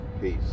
Peace